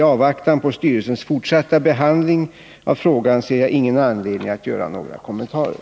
I avvaktan på styrelsens fortsatta behandling av frågan ser jag ingen anledning att göra några kommentarer.